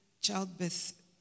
childbirth